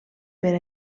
per